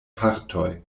partoj